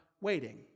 waiting